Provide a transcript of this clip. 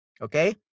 okay